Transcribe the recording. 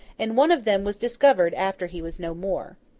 and one of them was discovered after he was no more.